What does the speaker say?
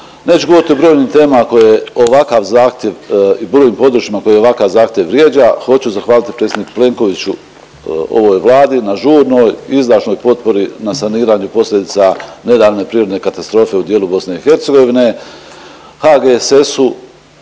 …/Govornik se ne razumije./… područjima koje ovakav zahtjev vrijeđa. Hoću zahvaliti predsjedniku Plenkoviću, ovoj Vladi na žurnoj, izdašnoj potpori na saniranje posljedica nedavne prirodne katastrofe u dijelu BiH, HGSS-u,